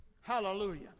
Hallelujah